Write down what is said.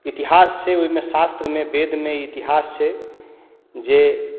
इतिहास छै ओहिमे शास्त्रमे वेदमे इतिहास छै जे